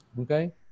okay